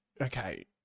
okay